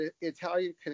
Italian